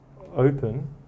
open